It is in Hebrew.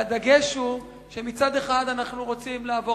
והדגש הוא שמצד אחד אנחנו רוצים לעבור